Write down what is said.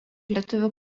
lietuvių